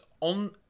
on